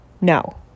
No